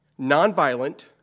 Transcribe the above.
nonviolent